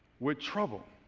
with trouble?